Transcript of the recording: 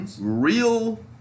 real